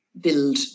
build